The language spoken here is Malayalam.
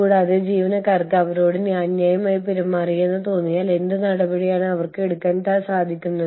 കൂടാതെ നിങ്ങൾക്ക് എക്സ് കമ്പനിയിലും എക്സ്പ്പാട്രിറ്റസ് ഉണ്ടാകാം